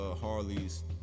Harley's